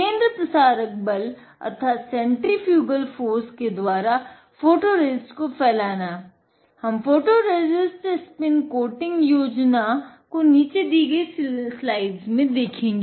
केंद्रपसारक बल अर्थात centrifugal force को नीचे दी गयी स्लाइड्स में देखेंगे